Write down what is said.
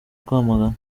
rwamagana